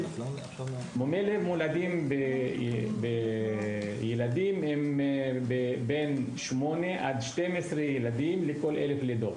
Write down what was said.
מומי לב מולדים בילדים הם בין 8 עד 12 ילדים לכל 1,000 לידות.